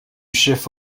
chef